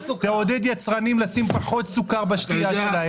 תעודד יצרנים לשים פחות סוכר בשתייה.